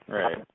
right